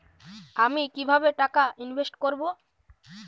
আমি কিভাবে টাকা ইনভেস্ট করব?